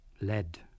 Lead